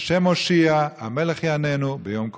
ה' הושיעה המלך יעננו ביום קראנו".